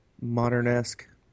modern-esque